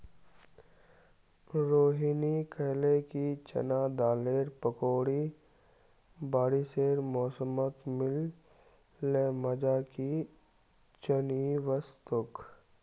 रोहिनी कहले कि चना दालेर पकौड़ी बारिशेर मौसमत मिल ल मजा कि चनई वस तोक